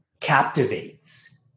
captivates